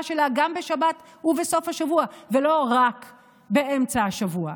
שלה גם בשבת ובסוף השבוע ולא רק באמצע השבוע.